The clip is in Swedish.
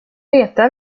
letar